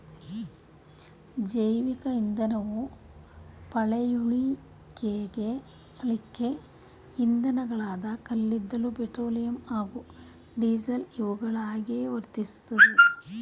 ಜೈವಿಕ ಇಂಧನವು ಪಳೆಯುಳಿಕೆ ಇಂಧನಗಳಾದ ಕಲ್ಲಿದ್ದಲು ಪೆಟ್ರೋಲಿಯಂ ಹಾಗೂ ಡೀಸೆಲ್ ಇವುಗಳ ಹಾಗೆಯೇ ವರ್ತಿಸ್ತದೆ